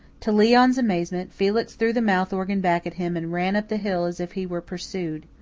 to leon's amazement, felix threw the mouth-organ back at him and ran up the hill as if he were pursued.